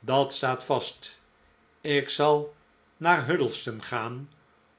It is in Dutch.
dat staat vast ik zal naar huddleston gaan